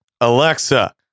Alexa